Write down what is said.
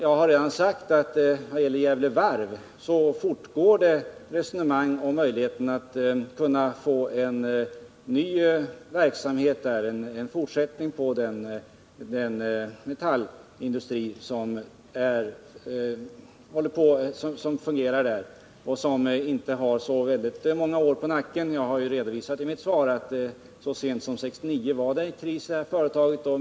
Jag har redan sagt att vad gäller Gävle Varv fortgår resonemang om möjligheten att kunna få fram en ny verksamhet som fortsättning på den metallindustri som finns där och som inte har så många år på nacken. Jag redovisade i mitt svar att det så sent som 1969 var kris inom företaget.